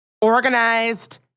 organized